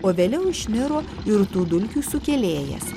o vėliau išniro ir tų dulkių sukėlėjas